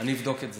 אני אבדוק את זה.